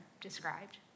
described